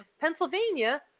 Pennsylvania